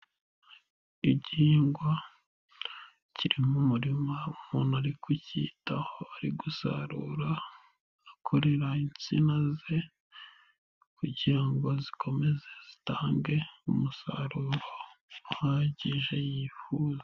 Igihingwa kiri mu murima umuntu ari kucyitaho ari gusarura akorera insina ze kugira ngo zikomeze zitange umusaruro uhagije yifuza.